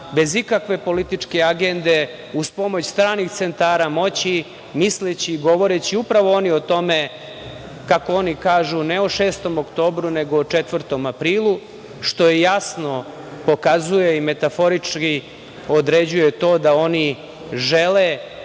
bez ikakve političke agende, uz pomoć stranih centara moći, misleći, govoreći, upravo oni o tome, kako oni kažu, ne o 6. oktobru, nego o 4. aprilu, što jasno i metaforički pokazuje i određuje to da oni ne